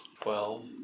Twelve